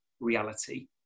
reality